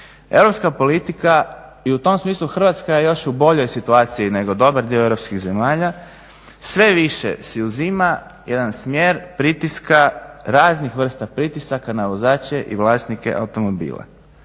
Europska politika i u tom smislu Hrvatska je još u boljoj situaciji nego dobar dio europskih zemalja. Sve više si uzima jedan smjer pritiska, raznih vrsta pritisaka, na vozače i vlasnike automobila.